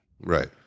Right